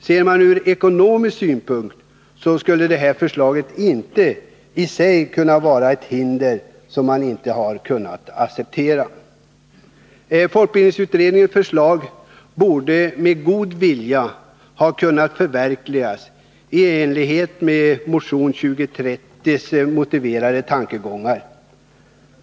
Ser man det ur ekonomisk synvinkel, skulle detta förslag i sig inte innebära något hinder. Folkbildningsutredningens förslag borde med god vilja ha kunnat förverkligasi enlighet med de i motion 2030 motiverade tankegångarna.